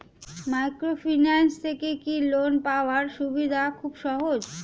Microfinance থেকে কি loan পাওয়ার সুবিধা খুব সহজ?